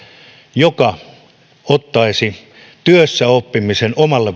joka ottaisi työssäoppimisen omalle